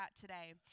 today